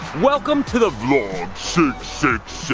welcome to the vlog so six